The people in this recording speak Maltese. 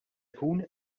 jkun